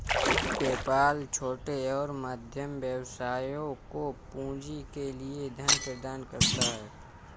PayPal छोटे और मध्यम व्यवसायों को पूंजी के लिए धन प्रदान करता है